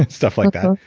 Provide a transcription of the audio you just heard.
stuff like that,